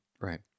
Right